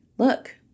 look